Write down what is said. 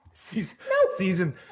season